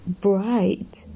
bright